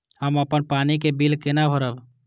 हम अपन पानी के बिल केना भरब?